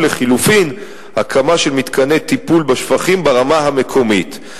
או לחלופין הקמה של מתקני טיפול בשפכים ברמה המקומית.